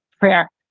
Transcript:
prayer